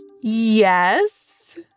Yes